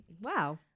Wow